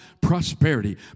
prosperity